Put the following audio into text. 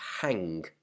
hang